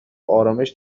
آرامش